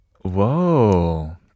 whoa